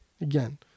Again